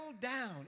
down